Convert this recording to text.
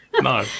No